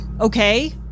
okay